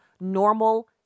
normal